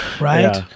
right